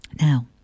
Now